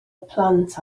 plant